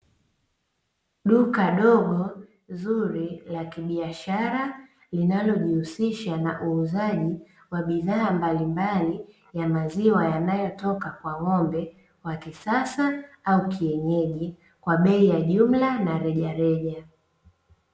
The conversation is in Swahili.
Duka dogo zuri la kibiashara linalojihusisha na uuzaji wa bidhaa mbalimbali ya maziwa yanayotoka kwa ng'ombe wa kisasa au kienyeji, kwa bei ya jumla na rejareja.